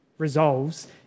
resolves